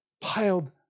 Piled